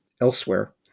elsewhere